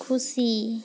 ᱠᱷᱩᱥᱤ